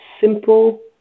Simple